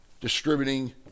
Distributing